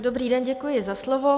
Dobrý den, děkuji za slovo.